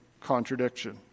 contradiction